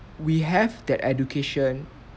we have that education